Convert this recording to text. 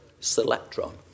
selectron